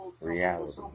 reality